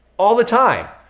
all the time,